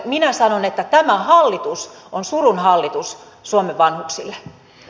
minä sanon että tämä hallitus on surun hallitus suomen vanhuksille